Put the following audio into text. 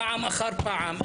פעם אחר פעם,